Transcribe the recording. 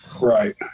Right